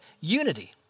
unity